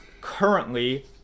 currently